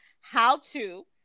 how-to